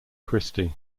christy